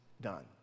done